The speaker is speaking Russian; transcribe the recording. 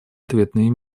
ответные